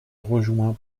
rejoint